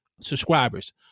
subscribers